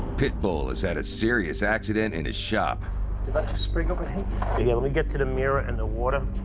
pitbull has had a serious accident in his shop. did that just spring up and hit you? yeah, let me get to the mirror and the water.